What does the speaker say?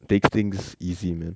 take things easy man